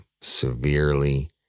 severely